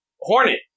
Hornet